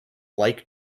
like